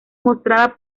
mostrada